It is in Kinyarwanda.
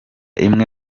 imwe